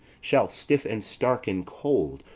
shall, stiff and stark and cold,